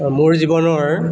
মোৰ জীৱনৰ